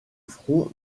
front